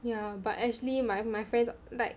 ya but actually my my friends like